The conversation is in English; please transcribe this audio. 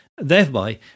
thereby